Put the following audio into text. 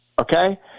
Okay